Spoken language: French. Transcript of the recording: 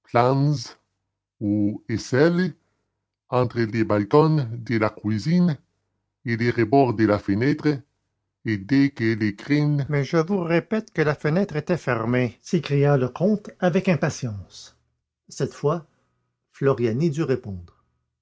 ou échelle entre le balcon de la cuisine et le rebord de la fenêtre et dès que l'écrin mais je vous répète que la fenêtre était fermée s'écria le comte avec impatience cette fois floriani dut répondre